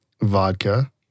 Vodka